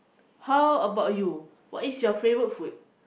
how about you what is your favorite food